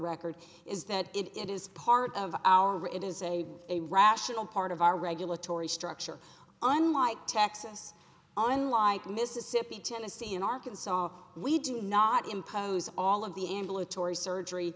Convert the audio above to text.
record is that it is part of our it is a a rational part of our regulatory structure unlike texas on like mississippi tennessee in arkansas we do not impose all of the ambulatory surgery